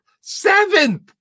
seventh